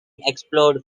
explored